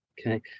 Okay